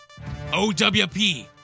OWP